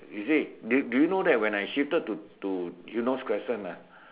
you see do do you know when I shifted to to Eunos Crescent ah